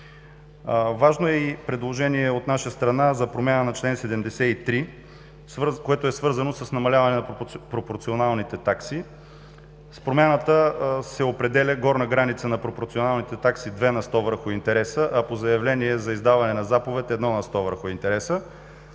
Важно предложение от наша страна е за промяна на чл. 73, което е свързано с намаляване на пропорционалните такси. С промяната се определя горна граница на пропорционалните такси две на сто върху интереса, а по заявление за издаване на заповед – едно на сто върху интереса,